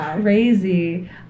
crazy